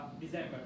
December